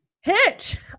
Hitch